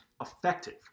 effective